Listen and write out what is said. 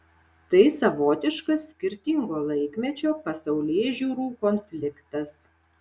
tai savotiškas skirtingo laikmečio pasaulėžiūrų konfliktas